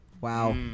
wow